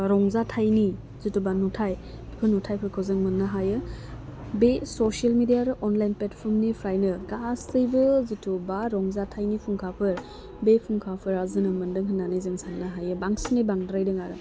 रंजाथाइनि जिथुबा नुथाय बेफोर नुथाइफोरखौ जों मोननो हायो बे ससियेल मेडिया आरो अनलाइन प्लेटफर्मनिफ्रायनो गासैबो जिथु बा रंजाथाइनि फुंखाफोर बे फुंखाफोरा जोनोम मोन्दों होननानै जों साननो हायो बांसिनै बांद्रायदों आरो